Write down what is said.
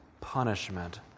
punishment